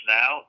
now